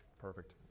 Perfect